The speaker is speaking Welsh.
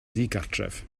ddigartref